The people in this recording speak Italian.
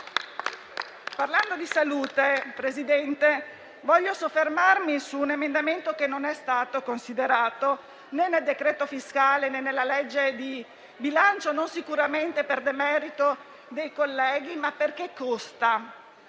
Parlando di salute, signor Presidente, voglio soffermarmi su un emendamento che non è stato considerato, né nel decreto fiscale, né nella legge di bilancio, non sicuramente per demerito dei colleghi, ma perché comporta